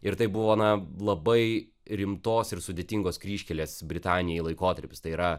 ir tai buvo na labai rimtos ir sudėtingos kryžkelės britanijai laikotarpis tai yra